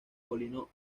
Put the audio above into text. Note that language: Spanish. molino